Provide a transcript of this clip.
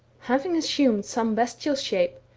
having assumed some bestial shape,